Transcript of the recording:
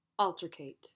Altercate